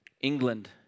England